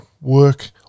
work